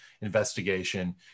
investigation